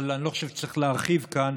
אבל אני לא חושב שצריך להרחיב כאן.